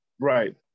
Right